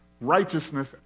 righteousness